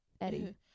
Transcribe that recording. Eddie